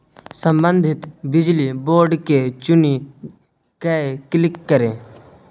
संबंधित बिजली बोर्ड केँ चुनि कए क्लिक करु